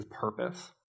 purpose